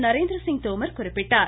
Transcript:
நரேந்திரசிங் தோமர் குறிப்பிட்டார்